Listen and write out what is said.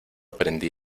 prendí